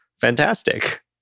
fantastic